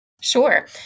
Sure